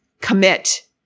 commit